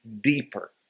deeper